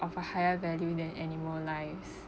of a higher value than animal lives